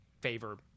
favor